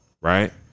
right